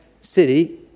city